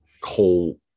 coal